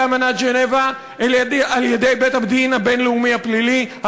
אמנת ז'נבה אלא על-ידי בית-הדין הבין-לאומי הפלילי,